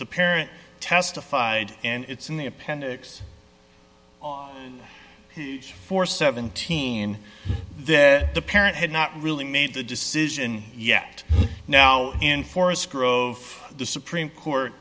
the parent testified and it's in the appendix for seventeen then the parent had not really made the decision yet now in forest grove the supreme court